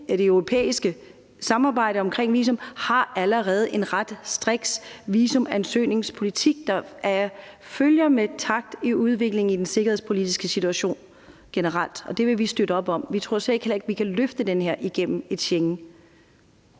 det europæiske samarbejde omkring visum har allerede en ret striks visumansøgningspolitik, der følger og er i takt med udviklingen i den sikkerhedspolitiske situation generelt, og det vil vi støtte op om. Vi tror heller ikke, at vi kan løfte den her igennem Schengen.